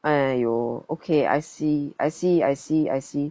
!aiyo! okay I see I see I see I see